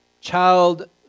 child